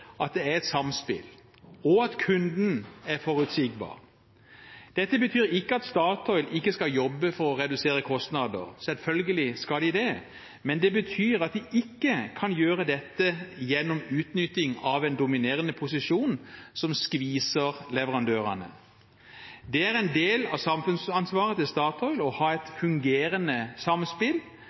at det er et samspill, og at kunden er forutsigbar. Dette betyr ikke at Statoil ikke skal jobbe for å redusere kostnader. Selvfølgelig skal de det. Men det betyr at de ikke kan gjøre dette gjennom utnytting av en dominerende posisjon som skviser leverandørene. Det er en del av samfunnsansvaret til Statoil å ha et fungerende samspill,